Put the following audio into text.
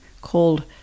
called